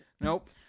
Nope